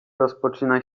rozpoczyna